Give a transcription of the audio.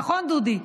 נכון, דודי?